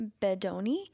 bedoni